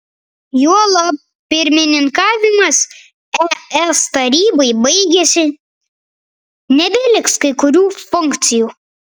juolab pirmininkavimas es tarybai baigėsi nebeliks kai kurių funkcijų